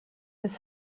his